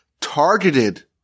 targeted